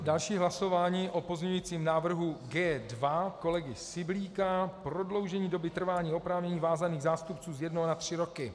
Další je hlasování o pozměňujícím návrhu G2 kolegy Syblíka, prodloužení doby trvání oprávnění vázaných zástupců z jednoho na tři roky.